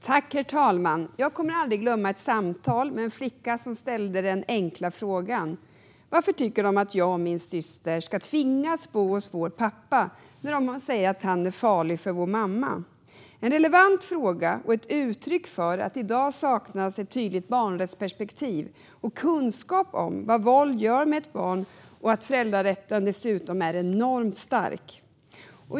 Herr talman! Jag kommer aldrig glömma ett samtal jag hade med en flicka som ställde den enkla frågan: Varför tycker de att jag och min syster ska tvingas bo hos vår pappa när de säger att han är farlig för vår mamma? Det är en relevant fråga och ett uttryck för att det i dag saknas ett tydligt barnrättsperspektiv och kunskap om vad våld gör med ett barn och att föräldrarätten dessutom är enormt stark.